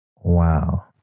Wow